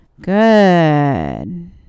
Good